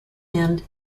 end